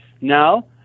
Now